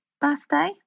birthday